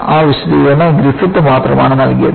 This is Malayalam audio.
ആ വിശദീകരണം ഗ്രിഫിത്ത് മാത്രമാണ് നൽകിയത്